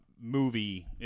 movie